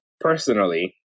personally